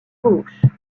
gauche